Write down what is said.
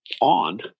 on